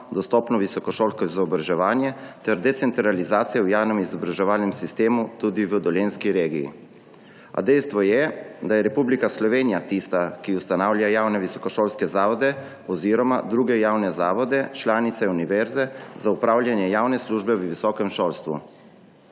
dostopno visokošolsko izobraževanje ter decentralizacijo v javnem izobraževalnem sistemu tudi v dolenjski regiji. A dejstvo je, da je Republika Slovenija tista, ki ustanavlja javne visokošolske zavode oziroma druge javne zavode, članice univerze, za upravljanje javne službe v visokem šolstvu.